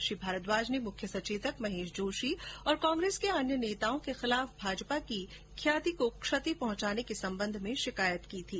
श्री भारद्वाज ने मुख्य सचेतक महेश जोशी और कांग्रेस के अन्य नेताओं के खिलाफ भाजपा की ख्याति को क्षति पहंचाने के सम्बन्ध में शिकायत की थी